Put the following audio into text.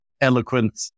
eloquent